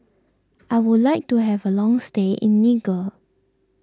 I would like to have a long stay in Niger